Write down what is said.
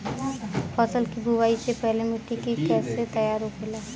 फसल की बुवाई से पहले मिट्टी की कैसे तैयार होखेला?